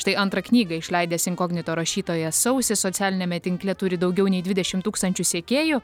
štai antrą knygą išleidęs inkognito rašytojas sausis socialiniame tinkle turi daugiau nei dvidešimt tūkstančių sekėjų